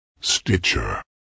Stitcher